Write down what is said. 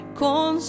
con